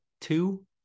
two